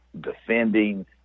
defending